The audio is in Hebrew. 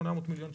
800 מיליון שקל,